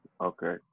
Okay